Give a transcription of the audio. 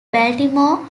baltimore